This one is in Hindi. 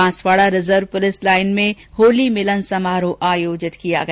बांसवाड़ा रिजर्वे पुलिस लाइन में होली मिलन समारोह आयोजित किया गया